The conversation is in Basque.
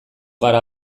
gara